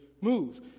move